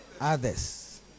others